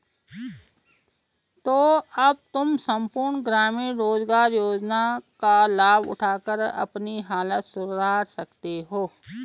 तो अब तुम सम्पूर्ण ग्रामीण रोज़गार योजना का लाभ उठाकर अपनी हालत सुधार सकते हो